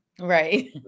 Right